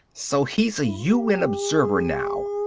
so he's a un observer now.